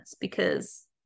because-